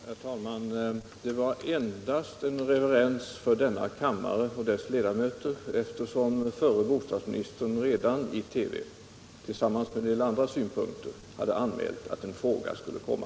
Herr talman! Det var endast en reverens för denna kammare och dess ledamöter, eftersom den förre bostadsministern i TV — samtidigt som han framförde en del andra synpunkter — anmälde att en fråga skulle komma.